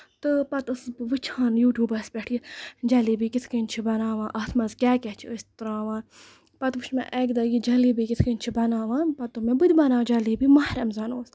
تہٕ پَتہٕ ٲسٕس بہٕ وٕچھان یہِ یوٗٹوٗبَس پٮ۪ٹھ یہِ جلیبی کِتھ کَنۍ چھِ بَناوان اَتھ منٛز کیاہ کیاہ چھِ أسۍ تراوان پَتہٕ وٕچھ مےٚ اَکہِ دۄہ یہِ جلیبی کِتھ کَنۍ چھِ بَناوان پَتہٕ دوٚپ مےٚ بہٕ تہِ بَناوٕ جلیبی ماہ رمزان اوس